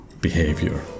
behavior